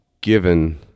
given